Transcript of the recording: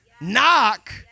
Knock